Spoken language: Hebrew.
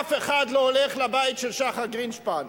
אף אחד לא הולך לבית של שחר גרינשפן.